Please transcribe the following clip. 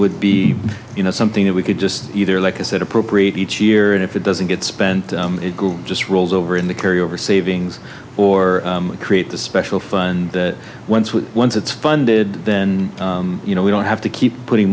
would be you know something that we could just either like is that appropriate each year and if it doesn't get spent just rolls over in the carry over savings or create the special fund when once it's funded then you know we don't have to keep putting